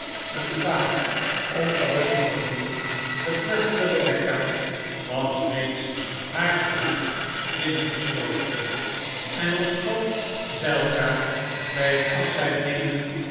een vaag onrustig gevoel betreffende rebecca was reeds haar gemoed binnengeslopen en ofschoon zij elkaar bij het afscheid nemen